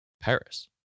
Paris